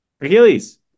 Achilles